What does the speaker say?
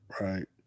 Right